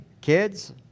kids